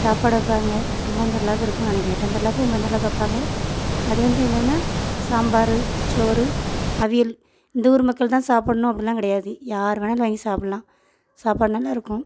சாப்பாடு வைப்பாங்க ஒம்பாந்திருவிலாக்கு இருக்கும் நினைக்கிறேன் எட்டாந்திருவிலாக்கும் ஒம்பாந்திருவிலாக்கு வைப்பாங்க அது வந்து என்னென்னா சாம்பார் சோறு அவியல் இந்த ஊர் மக்கள் தான் சாப்பிட்ணும் அப்படிலாம் கிடையாது யார் வேணாலும் வாங்கி சாப்பிட்டலாம் சாப்பாடு நல்லா இருக்கும்